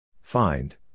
Find